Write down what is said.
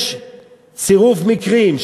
יש צירוף מקרים,